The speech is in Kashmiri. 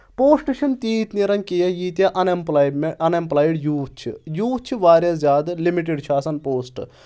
پوسٹ چھِنہٕ تیٖتۍ نیران کینٛہہ ییٖتیاہ unemployment unemployed youth چھِ یوٗتھ چھِ واریاہ زیادٕ لِمِٹِڈ چھُ آسان پوسٹ